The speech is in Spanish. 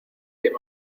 que